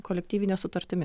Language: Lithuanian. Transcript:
kolektyvine sutartimi